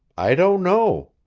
i don't know,